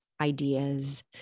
ideas